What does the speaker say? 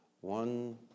one